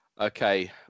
Okay